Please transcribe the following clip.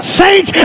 saint